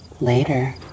Later